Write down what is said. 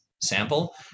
sample